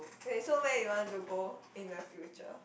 there is so many you want to go in the future